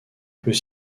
peut